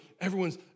everyone's